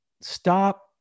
stop